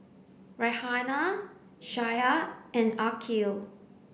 Raihana Syah and Aqil